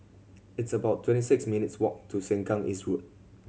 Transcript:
it's about twenty six minutes' walk to Sengkang East Road